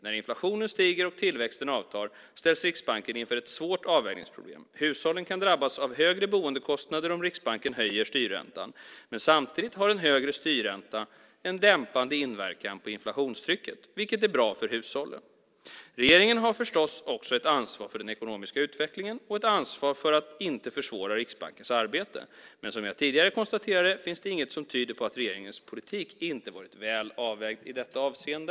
När inflationen stiger och tillväxten avtar ställs Riksbanken inför ett svårt avvägningsproblem. Hushållen kan drabbas av högre boendekostnader om Riksbanken höjer styrräntan men samtidigt har en högre styrränta en dämpande inverkan på inflationstrycket, vilket är bra för hushållen. Regeringen har förstås också ett ansvar för den ekonomiska utvecklingen och ett ansvar för att inte försvåra Riksbankens arbete, men som jag tidigare konstaterade finns det inget som tyder på att regeringens politik inte varit väl avvägd i detta avseende.